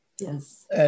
Yes